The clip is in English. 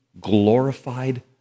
glorified